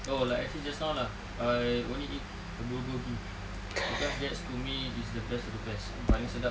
oh like I say just now lah I only eat bulgogi cause that's to me is the best of the best paling sedap